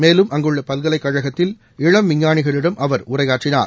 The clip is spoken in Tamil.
மேலும் அங்குள்ள பல்கலைக்கழகத்தில் இளம விஞ்ஞானிகளிடம் அவர் உரையாற்றினார்